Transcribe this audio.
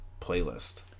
playlist